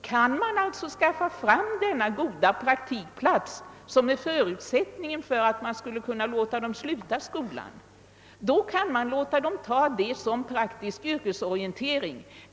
Kan man alltså skaffa fram denna goda praktikplats, som är en förutsättning för att man skall låta dessa elever sluta skolan, då kan man låta dem ta detta arbete och betrakta det som praktisk yrkesorientering.